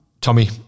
Tommy